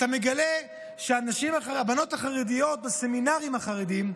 אתה מגלה שהבנות החרדיות בסמינרים החרדיים,